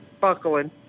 buckling